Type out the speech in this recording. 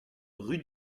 rue